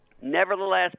Nevertheless